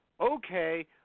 okay